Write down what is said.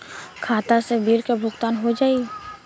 खाता से बिल के भुगतान हो जाई?